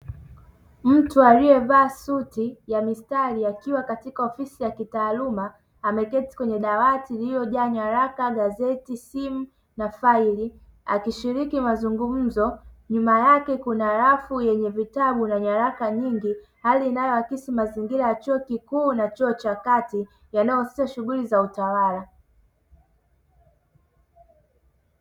Mtu aliye vaa suti ya mistari akiwa katika ofisi ya kitaaluma ameketi kwenye dawati lililo jaa nyaraka, gazeti, simu na faili akishiriki mazungumzo, nyuma yake kuna rafu yenye vitabu na nyaraka nyingi. Hali inayo akisi mazingira ya chuo kikuu na chuo cha kati yanayo husisha shughuli za kitawala.